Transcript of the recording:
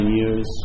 years